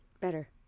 better